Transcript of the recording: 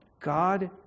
God